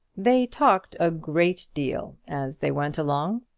they talked a great deal as they went along.